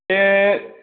बे